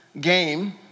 game